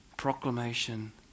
proclamation